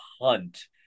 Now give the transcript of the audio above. hunt